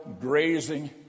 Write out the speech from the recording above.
grazing